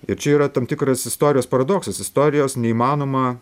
ir čia yra tam tikras istorijos paradoksas istorijos neįmanoma